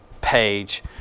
page